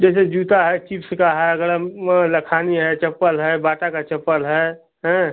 जैसे जूता है चिप्स का है अगड़म लखानी है चप्पल है बाटा का चप्पल है हाँ